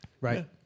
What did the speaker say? right